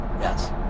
Yes